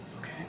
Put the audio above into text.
Okay